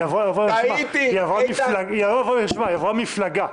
היא לא עברה רשימה, היא עברה מפלגה.